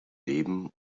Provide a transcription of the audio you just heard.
leben